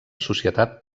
societat